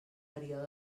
període